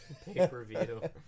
pay-per-view